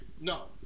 no